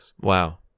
Wow